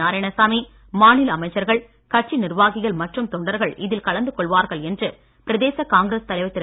நாராயணசாமி மாநில அமைச்சர்கள் கட்சி நிர்வாகிகள் மற்றும் தொண்டர்கள் இதில் கலந்து கொள்வார்கள் என்று பிரதேச காங்கிரஸ் தலைவர் திரு